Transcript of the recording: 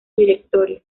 directorio